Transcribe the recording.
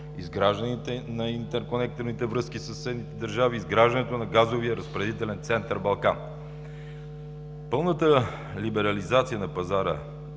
изграждането на интерконекторните връзки със съседните държави, изграждането на газовия разпределителен център „Балкан“. Пълната либерализация на пазара